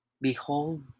Behold